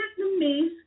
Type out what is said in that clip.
Vietnamese